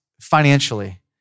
financially